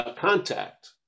contact